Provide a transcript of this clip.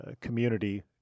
community